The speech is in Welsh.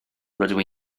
rydw